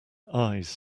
eyes